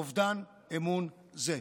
אובדן אמון זה.